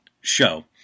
show